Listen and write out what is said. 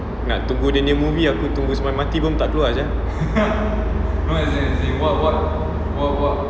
nak tunggu dia nya movie aku tunggu sampai mati pun tak keluar sia